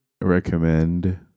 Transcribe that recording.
recommend